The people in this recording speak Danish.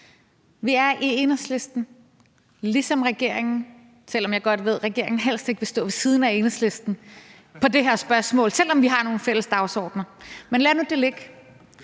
om jeg godt ved, at regeringen helst ikke vil stå ved siden af Enhedslisten i det her spørgsmål, selv om vi har nogle fælles dagsordener – men lad det nu ligge.